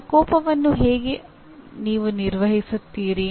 ಮತ್ತು ಕೋಪವನ್ನು ನೀವು ಹೇಗೆ ನಿರ್ವಹಿಸುತ್ತೀರಿ